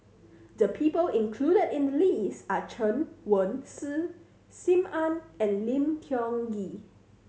the people included in the list are Chen Wen Hsi Sim Ann and Lim Tiong Ghee